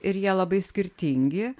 ir jie labai skirtingi